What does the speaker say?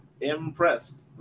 impressed